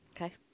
Okay